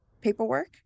paperwork